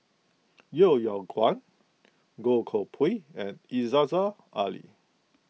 Yeo Yeow Kwang Goh Koh Pui and Aziza Ali